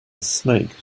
snake